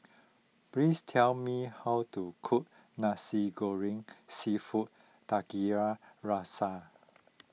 please tell me how to cook Nasi Goreng Seafood Tiga Rasa